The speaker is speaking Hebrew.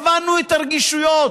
הבנו את הרגישויות.